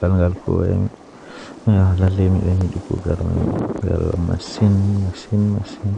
waawi sotti e ɗum